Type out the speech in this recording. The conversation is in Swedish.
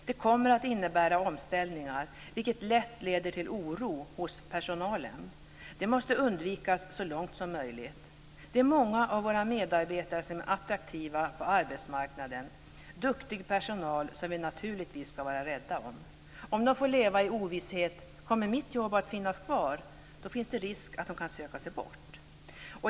Det kommer att innebära omställningar, vilket lätt leder till oro hos personalen. Det måste undvikas så långt som möjligt. Det är många av våra medarbetare som är attraktiva på arbetsmarknaden, duktig personal som vi naturligtvis ska vara rädda om. Om de får leva i ovisshet om deras jobb kommer att finnas kvar finns det risk för att de söker sig bort.